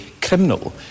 criminal